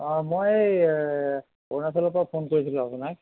অ' মই এ অৰুণাচলৰ পা ফোন কৰিছিলো আপোনাক